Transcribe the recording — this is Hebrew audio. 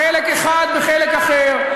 חלק אחד בחלק אחר.